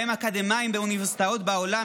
שבהם אקדמאים באוניברסיטאות בעולם,